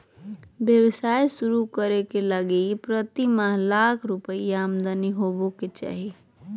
व्यवसाय शुरू करे लगी प्रतिमाह लाख रुपया आमदनी होबो के चाही